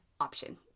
option